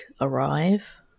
arrive